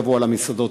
יבואו אל המסעדות,